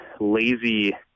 lazy